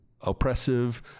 oppressive